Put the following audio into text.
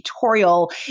tutorial